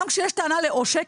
גם כשיש טענה לעושק,